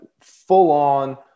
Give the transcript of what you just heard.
full-on